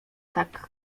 tak